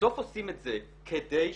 סעיף קטן (6),